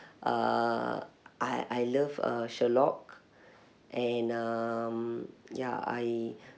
uh I I love uh sherlock and um ya I